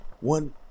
one